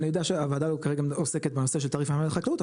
אני יודע שהוועדה כרגע עוסקת בנושא של תעריף המים לחקלאות,